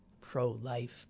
pro-life